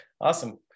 Awesome